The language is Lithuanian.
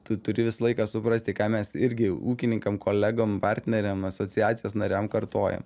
tu turi visą laiką suprasti ką mes irgi ūkininkam kolegom partneriam asociacijos nariam kartojam